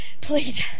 Please